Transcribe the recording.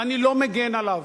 ואני לא מגן עליו.